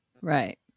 Right